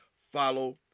follow